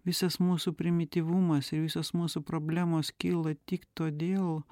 visas mūsų primityvumas ir visos mūsų problemos kyla tik todėl